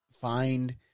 find